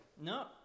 No